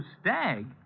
stag